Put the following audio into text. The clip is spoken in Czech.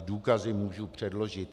Důkazy můžu předložit.